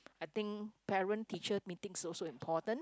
I think parent teacher Meetings also important